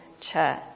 church